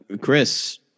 Chris